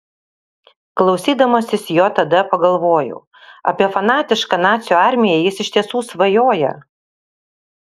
klausydamasis jo tada pagalvojau apie fanatišką nacių armiją jis iš tiesų svajoja